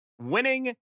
winning